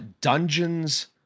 Dungeons